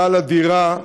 בעל הדירה,